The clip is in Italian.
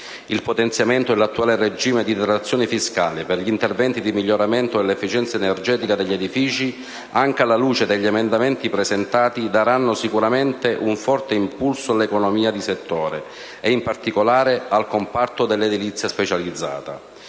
Il potenziamento dell'attuale regime di detrazioni fiscali per gli interventi di miglioramento dell'efficienza energetica degli edifici, anche alla luce degli emendamenti presentati, darà sicuramente un forte impulso all'economia di settore e in particolare al comparto dell'edilizia specializzata,